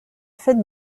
fête